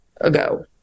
ago